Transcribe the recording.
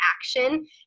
action